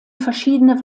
verschiedene